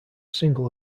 single